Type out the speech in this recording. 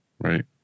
Right